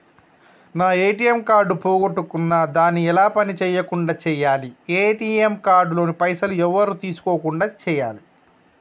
నా ATM card పోగొట్టుకున్నా దాన్ని ఎలా పని చేయకుండా చేయాలి ఏ.టి.ఎమ్ కార్డు లోని పైసలు ఎవరు తీసుకోకుండా చేయాలి?